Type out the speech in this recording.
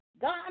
God